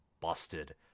busted